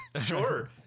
Sure